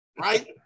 right